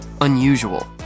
unusual